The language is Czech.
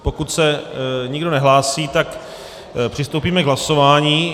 Pokud se nikdo nehlásí, přistoupíme k hlasování.